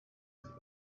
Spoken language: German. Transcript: ist